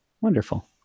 Wonderful